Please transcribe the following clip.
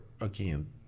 again